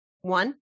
one